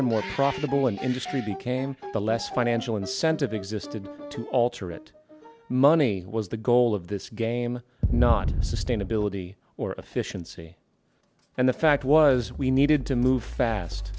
and more profitable industry became the less financial incentive existed to alter it money was the goal of this game not sustainability or efficiency and the fact was we needed to move fast